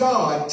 God